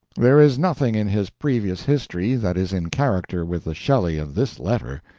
there is nothing in his previous history that is in character with the shelley of this letter.